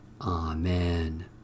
Amen